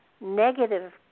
negative